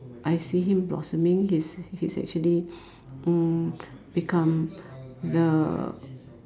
I see him blossoming he's he's actually mm become the